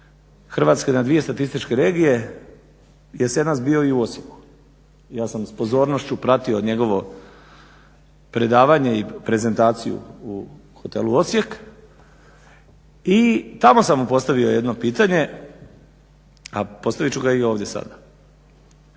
Hrvatske na dvije statističke regije, jesenas bio i u Osijeku. Ja sam s pozornošću pratio njegovo predavanje i prezentaciju u hotelu Osijek i tamo sam mu postavio jedno pitanje, a postavit ću ga i ovdje sada.